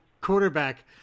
quarterback